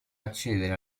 accedere